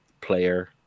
player